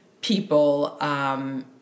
people